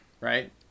right